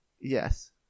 Yes